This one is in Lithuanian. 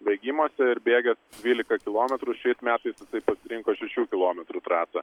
bėgimuose ir bėgęs dvylika kilometrų šiais metais jisai pasirinko šešių kilometrų trasą